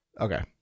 Okay